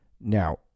now